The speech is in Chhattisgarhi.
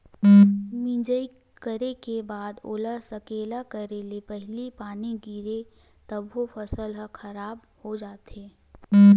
मिजई करे के बाद ओला सकेला करे ले पहिली पानी गिरगे तभो फसल ह खराब हो जाथे